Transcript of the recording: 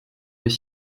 des